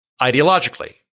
ideologically